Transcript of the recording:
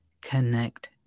Connect